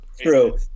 True